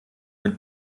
mit